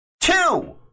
Two